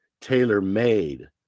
tailor-made